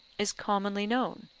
is commonly known,